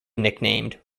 nicknamed